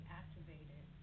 activated